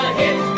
hit